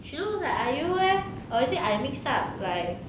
she looks like iu leh or is it I mix up like